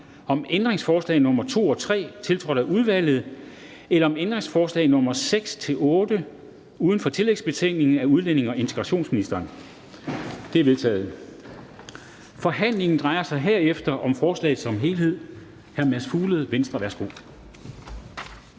om ændringsforslag nr. 2 og 3, tiltrådt af udvalget, eller om ændringsforslag nr. 6-8 uden for tillægsbetænkningen af udlændinge- og integrationsministeren? De er vedtaget. Kl. 13:16 Forhandling Formanden (Henrik Dam Kristensen): Forhandlingen drejer sig herefter om forslaget som helhed. Hr. Mads Fuglede, Venstre. Værsgo.